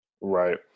Right